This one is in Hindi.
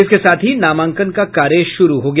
इसके साथ ही नामांकन का कार्य शुरू हो गया